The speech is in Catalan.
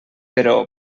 però